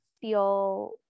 feel